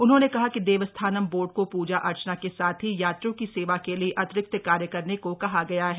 उन्होंने कहा कि देवस्थानम बोर्ड को पूजा अर्चना के साथ ही यात्रियों की सेवा के लिए अतिरिक्त कार्य करने को कहा गया है